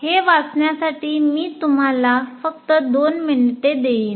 हे वाचण्यासाठी मी तुम्हाला फक्त 2 मिनिटे देईन